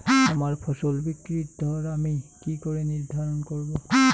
আমার ফসল বিক্রির দর আমি কি করে নির্ধারন করব?